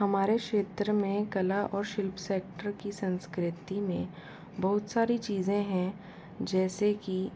हमारे क्षेत्र में कला और शिल्प सेक्टर की संस्कृति में बहुत सारी चीज़ें हैं जैसे कि